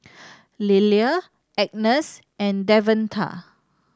Lilia Agness and Davonta